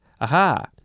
Aha